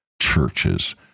churches